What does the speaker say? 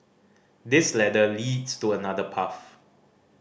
this ladder leads to another path